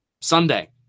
sunday